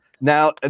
Now